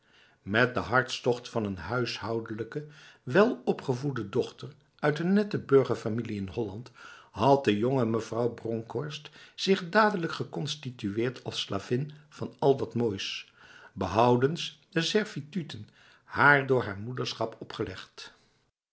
met de hartstocht van een huishoudelijke welopgevoede dochter uit een nette burgerfamilie in holland had de jonge mevrouw bronkhorst zich dadelijk geconstitueerd als slavin van al dat moois behoudens de servituten haar door het moederschap opgelegd